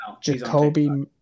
Jacoby